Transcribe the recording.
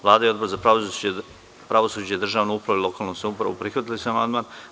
Vlada i Odbor za pravosuđe, državnu upravu i lokalnu samoupravu prihvatili su amandman.